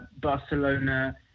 Barcelona